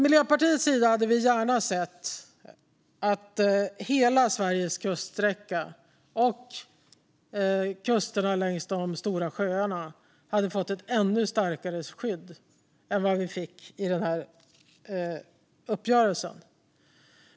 Miljöpartiet hade gärna sett att hela Sveriges kuststräcka och kusterna längs de stora sjöarna hade fått ett ännu starkare skydd än i den här uppgörelsen.